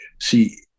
see